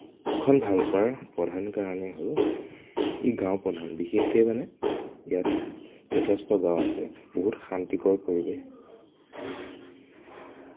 ভালপোৱাৰ প্ৰধান কাৰণেই হ'ল ই গাওঁ প্ৰধান বিশেষকে মানে ইয়াত যথেষ্ট গাওঁ আছে বহুত শান্তিকৰ পৰিবেশ